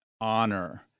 honor